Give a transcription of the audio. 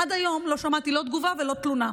ועד היום לא שמעתי לא תגובה ולא תלונה.